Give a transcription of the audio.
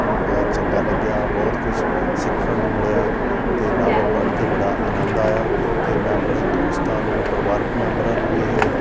ਚੰਗਾ ਲੱਗਿਆ ਬਹੁਤ ਕੁਛ ਸਿੱਖਣ ਨੂੰ ਮਿਲਿਆ ਅਤੇ ਨਾਵਲ ਪੜ੍ਹ ਕੇ ਬੜਾ ਆਨੰਦ ਆਇਆ ਅਤੇ ਮੈਂ ਆਪਣੇ ਦੋਸਤਾਂ ਨੂੰ ਪਰਿਵਾਰਕ ਮੈਂਬਰਾਂ ਨੂੰ ਵੀ ਇਹ